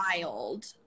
wild